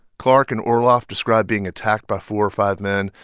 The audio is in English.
clark and orloff described being attacked by four or five men,